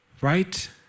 Right